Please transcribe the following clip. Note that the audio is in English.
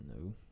No